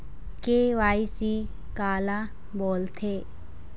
KYC काला बोलथें?